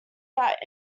that